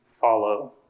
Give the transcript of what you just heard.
follow